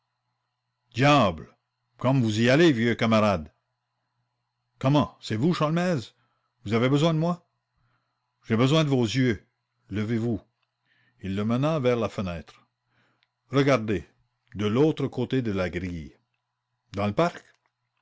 comme vous y allez vieux camarade comment c'est vous sholmès vous avez besoin de moi j'ai besoin de vos yeux levez-vous non non n'allumez pas il le mena vers la fenêtre regardez de l'autre côté de la grille dans le parc